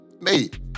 Mate